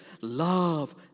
Love